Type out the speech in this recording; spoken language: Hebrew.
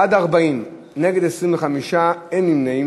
בעד 40, נגד, 25, אין נמנעים.